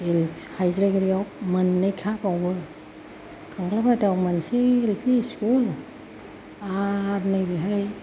हाइज्राबिलाव मोननैखा बेयावबो खांख्लाबादायाव मोनसे एल फि स्कुल आरो नै बेहाय